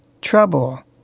trouble